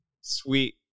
Sweet